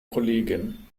kollegin